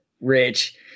rich